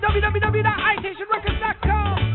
www.itationrecords.com